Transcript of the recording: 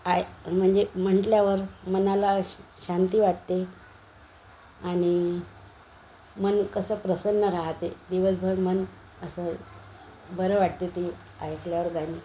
आहे म्हणजे म्हटल्यावर मनाला शांती वाटते आणि मन कसं प्रसन्न राहते दिवसभर मन असं बरं वाटते ते ऐकल्यावर गाणी